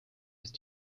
ist